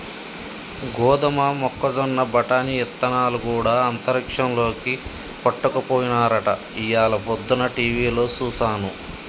గోదమ మొక్కజొన్న బఠానీ ఇత్తనాలు గూడా అంతరిక్షంలోకి పట్టుకపోయినారట ఇయ్యాల పొద్దన టీవిలో సూసాను